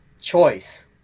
choice